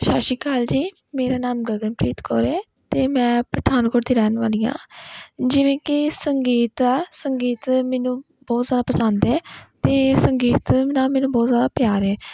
ਸਤਿ ਸ਼੍ਰੀ ਅਕਾਲ ਜੀ ਮੇਰਾ ਨਾਮ ਗਗਨਪ੍ਰੀਤ ਕੌਰ ਹੈ ਅਤੇ ਮੈਂ ਪਠਾਨਕੋਟ ਦੀ ਰਹਿਣ ਵਾਲੀ ਹਾਂ ਜਿਵੇਂ ਕਿ ਸੰਗੀਤ ਆ ਸੰਗੀਤ ਮੈਨੂੰ ਬਹੁਤ ਜ਼ਿਆਦਾ ਪਸੰਦ ਹੈ ਅਤੇ ਸੰਗੀਤ ਦੇ ਨਾਲ ਮੈਨੂੰ ਬਹੁਤ ਜ਼ਿਆਦਾ ਪਿਆਰ ਹੈ